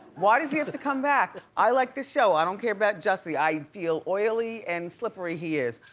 why does he have to to come back? i like the show, i don't care about jussie, i feel oily and slippery he is.